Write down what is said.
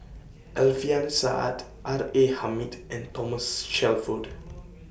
Alfian Sa'at R A Hamid and Thomas Shelford